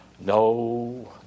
No